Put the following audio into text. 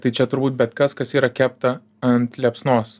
tai čia turbūt bet kas kas yra kepta ant liepsnos